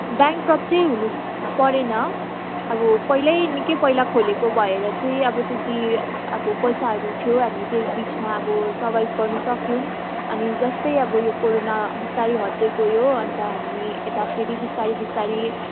bankrupt चाहिँ हुनु परेन अब पहिल्यै निकै पहिला खोलेको भएर चाहिँ अब त्यति अब पैसाहरू थियो हामी त्यही बिचमा अब सरबाइभ गर्नु सक्यौँ अनि जस्तै अब यो कोरोना बिस्तारै हट्दै गयो अन्त हामी यता फेरि बिस्तारी बिस्तारी